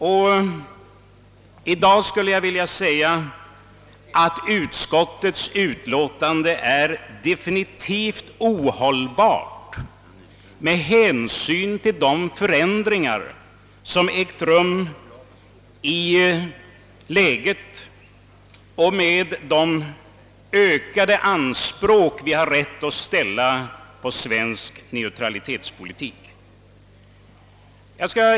I dag skulle jag vilja säga att utskottsmajoritetens ställningstagande är definitivt ohållbart med hänsyn till de förändringar som ägt rum beträffande läget och till de ökade anspråk vi har rätt att ställa på svensk neutralitetspolitik.